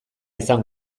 izan